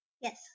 Yes